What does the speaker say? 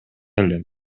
элем